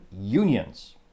unions